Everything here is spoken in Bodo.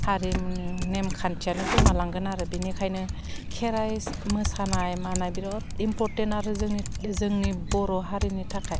हारिमुनि नेम खान्थियानो गोमालांगोन आरो बिनिखायनो खेराइ मोसानाय मानाय बिरात इनफरटेन्ट आरो जोंनि जोंनि बर' हारिनि थाखाय